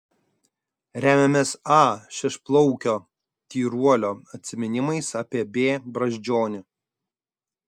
remiamės a šešplaukio tyruolio atsiminimais apie b brazdžionį